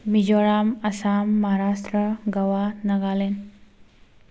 Mizoram Assam Maharashtra Goa Nagaland